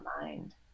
mind